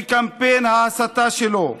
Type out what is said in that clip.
בקמפיין ההסתה שלו.